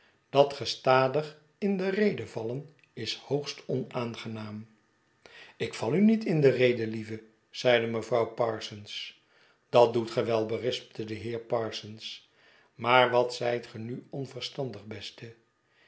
dat gestadig in de rede vallen is hoogst onaangenaam ik val u niet in de rede lieve zeide mevrouw parsons dat doet ge wel berispte de heer parsons maar wat zijt ge nu onverstandig beste